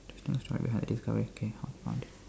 interesting story behind it okay found it